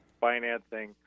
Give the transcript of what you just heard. financing